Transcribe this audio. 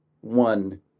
one